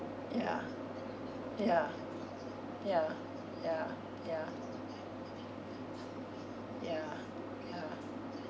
ya ya ya ya ya ya ya